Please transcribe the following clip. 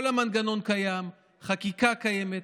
כל המנגנון קיים, החקיקה קיימת,